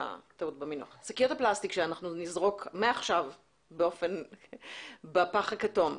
שקיות הפלסטיק שאנחנו נזרוק מעכשיו בפח הכתום,